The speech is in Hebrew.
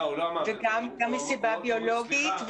גם מסיבה ביולוגית,